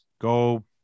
go